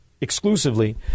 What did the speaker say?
exclusively